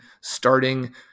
starting